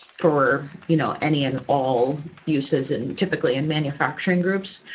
for you know any. and all uses and typically in manufacturing groups,